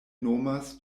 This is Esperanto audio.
nomas